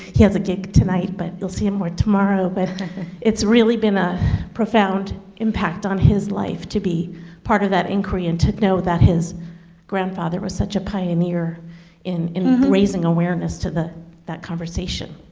he has a gig tonight, but you'll see him more tomorrow. but it's really been a profound impact on his life to be part of that inquiry and to know that his grandfather was such a pioneer in in raising awareness to the conversation.